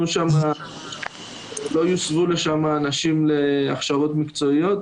ולא יוסבו לשם אנשים להכשרות מקצועיות.